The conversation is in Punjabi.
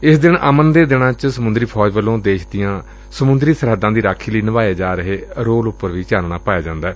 ਏਸ ਦਿਨ ਅਮਨ ਦੇ ਦਿਨਾਂ ਵਿਚ ਸਮੂੰਦਰੀ ਫੌਜ ਵੱਲੋਂ ਦੇਸ਼ ਦੀਆਂ ਸਮੂੰਦਰੀ ਸਰਹੱਦਾਂ ਦੀ ਰਾਖੀ ਲਈ ਨਿਭਾਏ ਜਾ ਰਹੇ ਰੋਲ ਉਪਰ ਵੀ ਚਾਨਣਾ ਪਾਇਆ ਜਾਂਦੈ